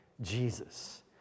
Jesus